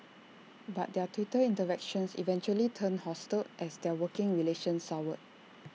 but their Twitter interactions eventually turned hostile as their working relationship soured